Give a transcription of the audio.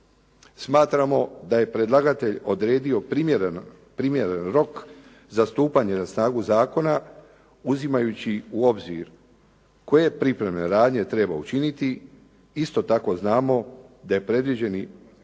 Smatramo da je predlagatelj odredio primjeren rok za stupanje na snagu zakona uzimajući u obzir koje pripremne radnje treba učiniti. Isto tako znamo da je predviđeni datum